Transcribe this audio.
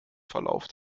verlauf